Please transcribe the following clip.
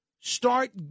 start